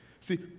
See